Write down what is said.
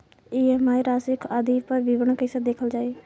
EMI राशि आदि पर विवरण कैसे देखल जाइ?